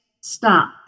Stop